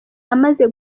amaze